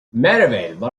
merivale